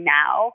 now